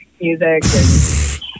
music